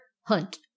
hunt